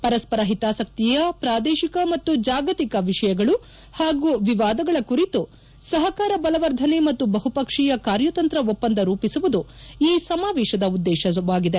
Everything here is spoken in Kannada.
ಪರಸ್ಪರ ಹಿತಾಸಕ್ತಿಯ ಪ್ರಾದೇಶಿಕ ಮತ್ತು ಜಾಗತಿಕ ವಿಷಯಗಳು ಮತ್ತು ವಿವಾದಗಳ ಕುರಿತು ಸಹಕಾರ ಬಲವರ್ಧನೆ ಮತ್ತು ಬಹುಪಕ್ಷೀಯ ಕಾರ್ಯತಂತ್ರ ಒಪ್ಪಂದ ರೂಪಿಸುವುದು ಈ ಸಮಾವೇಶದ ಉದ್ದೇಶವಾಗಿದೆ